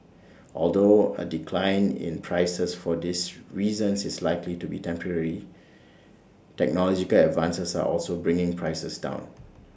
although A decline in prices for these reasons is likely to be temporary technological advances are also bringing prices down